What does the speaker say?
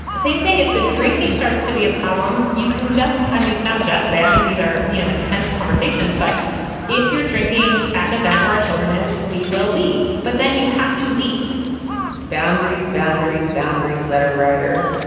same thing. if the drinking starts to be a problem, you can just i mean, not just say i think these are you know, intense conversations, but if you're drinking at an event where children is, we will leave. but then you have to leave boundaries, boundaries, boundaries. letter writer,